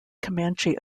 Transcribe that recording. comanche